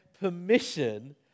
permission